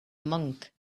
monk